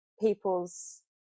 people's